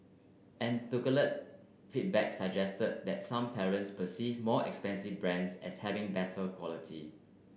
feedback suggested that some parents perceive more expensive brands as having better quality